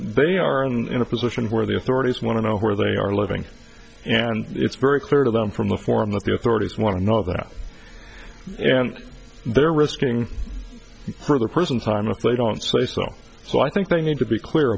they are in a position where the authorities want to know where they are living and it's very clear to them from the forum that the authorities want to know that and they're risking her the prison time if they don't say so so i think they need to be clear